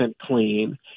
clean